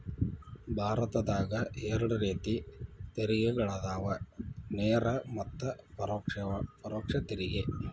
ಭಾರತದಾಗ ಎರಡ ರೇತಿ ತೆರಿಗೆಗಳದಾವ ನೇರ ಮತ್ತ ಪರೋಕ್ಷ ತೆರಿಗೆ